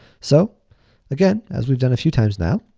so again, as we've done a few times now,